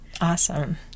Awesome